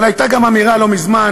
אבל הייתה גם אמירה לא מזמן,